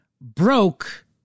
broke